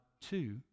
two